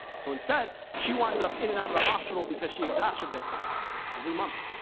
so instead, she winds up in and out of the hospital, because she exacerbates every month.